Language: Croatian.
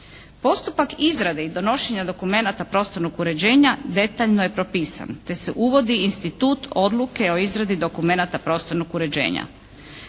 Postupak izrade i donošenja dokumenata prostornog uređenja detaljno je propisan te se uvodi institut odluke o izradi dokumenata prostornog uređenja.